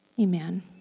Amen